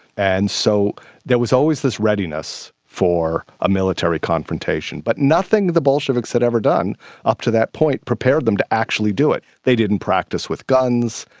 and so there was always this readiness for a military confrontation. but nothing the bolsheviks had ever done up to that point prepared them to actually do it. they didn't practice with guns,